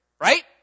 Right